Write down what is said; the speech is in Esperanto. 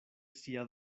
sia